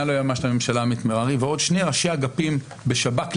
ליועמ"ש לממשלה עמית מררי ועוד שני ראשי אגפים בשב"כ לשעבר,